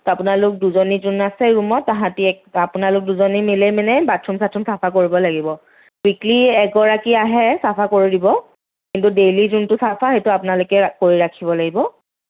ত' আপোনালোক দুজনী যোন আছে ৰুমত তাহাঁতি এক আপোনালোক দুজনী মিলাই মিলাই বাথৰুম চাথৰুম চফা কৰিব লাগিব দিদি এগৰাকী আহে চফা কৰি দিব কিন্তু ডেইলি যোনটো চফা সেইটো আপোনালোকে কৰি ৰাখিব লাগিব